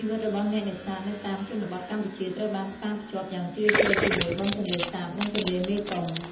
ជីវិតរបស់អ្នកនេសាទនៅតាមជនបទកម្ពុជាត្រូវបានផ្សារភ្ជាប់យ៉ាងជ្រាលជ្រៅជាមួយ បឹងទន្លេសាប និងទន្លេមេគង្គ។